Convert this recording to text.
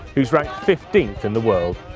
who is ranked fifteenth in the world.